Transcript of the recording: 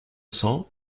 cents